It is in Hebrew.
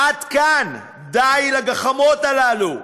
עד כאן, די לגחמות האלה,